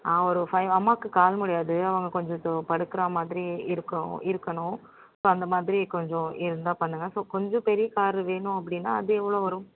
ஆ ஒரு ஃபை அம்மாவுக்கு கால் முடியாது அவங்க கொஞ்சம் படுக்கிறா மாதிரி இருக்கும் இருக்கணும் ஸோ அந்த மாதிரி கொஞ்சம் இருந்தால் பண்ணுங்க ஸோ கொஞ்சம் பெரிய கார் வேணும் அப்படின்னா அது எவ்வளோ வரும்